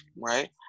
right